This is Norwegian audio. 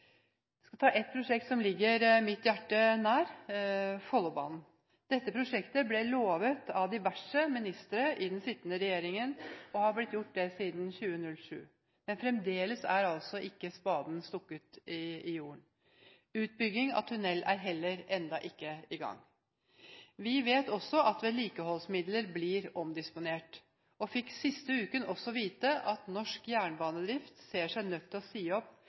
skal ta et prosjekt som ligger mitt hjerte nær som eksempel – Follobanen. Dette prosjektet har blitt lovet av diverse ministre i den sittende regjeringen siden 2007, men fremdeles er ikke spaden stukket i jorden. Utbygging av tunnel er heller ikke i gang enda. Vi vet at vedlikeholdsmidler blir omdisponert, og vi fikk sist uke også vite at Norsk Jernbanedrift ser seg nødt til å si opp